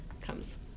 comes